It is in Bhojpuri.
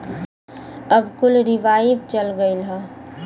अब कुल रीवाइव चल गयल हौ